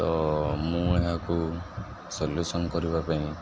ତ ମୁଁ ଏହାକୁ ସଲ୍ୟୁସନ କରିବା ପାଇଁ